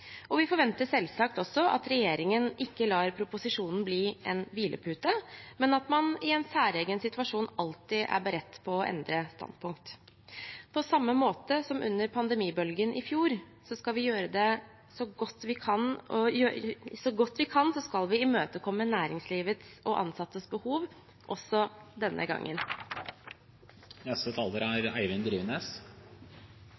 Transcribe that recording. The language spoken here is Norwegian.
Vi forventer selvsagt også at regjeringen ikke lar proposisjonen bli en hvilepute, men at man i en særegen situasjon alltid er beredt på å endre standpunkt. På samme måte som under pandemibølgen i fjor skal vi, så godt vi kan, imøtekomme næringslivets og ansattes behov også denne gangen. Koronapandemien har herjet verden i snart to år, og den har også